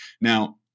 Now